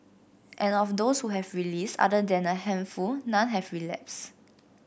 and of those who have released other than a handful none have relapsed